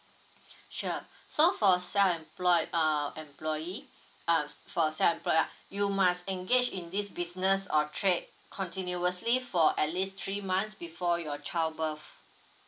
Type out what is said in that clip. sure so for self employed uh employee uh for self employed lah you must engage in this business or trade continuously for at least three months before your child birth